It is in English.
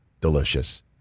delicious